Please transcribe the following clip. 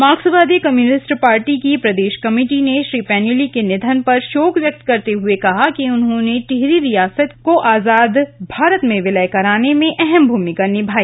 मार्कसवादी communist party की प्रदेश committee ने श्री पैन्यूली के निधन पर शोक व्यक्त करते हये कहा कि उन्होंने टिहरी रियासत को आजाद भारत में विलय कराने में अहम भूमिका निभाई